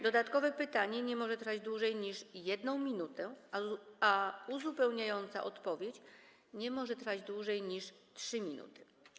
Dodatkowe pytanie nie może trwać dłużej niż 1 minutę, uzupełniająca odpowiedź nie może trwać dłużej niż 3 minuty.